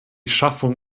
schaffung